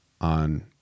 on